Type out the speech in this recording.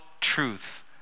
truth